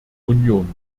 union